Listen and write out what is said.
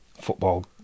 Football